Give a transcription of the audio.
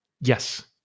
Yes